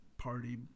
party